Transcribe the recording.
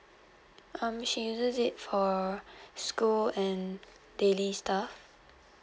um she uses it for school and daily stuff